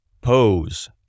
pose